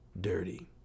dirty